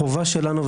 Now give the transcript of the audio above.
החובה שלנו,